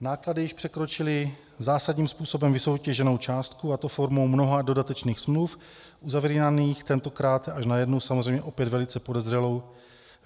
Náklady již překročily zásadním způsobem vysoutěženou částku, a to formou mnoha dodatečných smluv, uzavíraných tentokrát až na jednu samozřejmě opět velice podezřelou